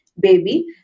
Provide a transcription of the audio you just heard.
baby